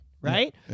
right